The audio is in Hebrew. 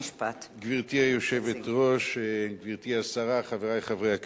הקליטה והתפוצות לשם הכנתה לקריאה שנייה ושלישית.